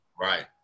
Right